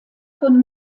von